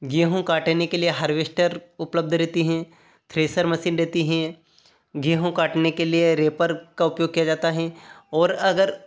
गेहूँ काटने के लिए हार्बेस्टर उपलब्ध रहती हैं थ्रेसर मशीन रहती हैं गेहूँ काटने के लिए रेपर का उपयोग किया जाता हैं और अगर